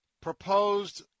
proposed